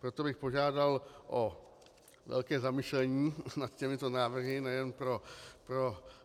Proto bych požádal o velké zamyšlení nad těmito návrhy nejen pro